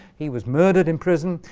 he was murdered in prison.